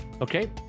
Okay